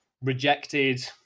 rejected